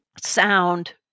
sound